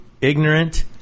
ignorant